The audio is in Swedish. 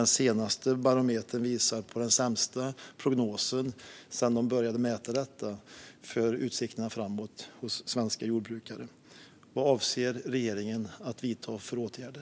Den senaste barometern visar på den sämsta prognosen för utsikterna framåt för svenska jordbrukare sedan man började mäta detta. Vad avser regeringen att vidta för åtgärder?